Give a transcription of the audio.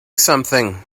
something